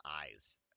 eyes